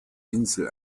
insel